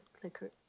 clicker